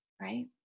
right